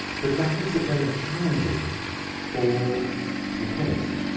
but that makes it very challenging for the chemist,